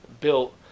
built